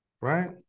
right